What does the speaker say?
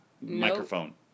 Microphone